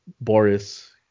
Boris